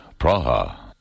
Praha